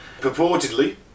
Purportedly